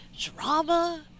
drama